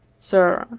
sir